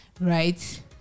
right